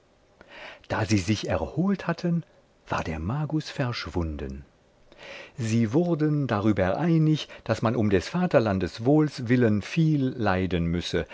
da sie sich erholt hatten war der magus verschwunden sie wurden darüber einig daß man um des vaterlandes wohls willen viel leiden müsse